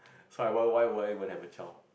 so why why would I won't have a child